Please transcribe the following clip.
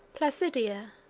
placidia,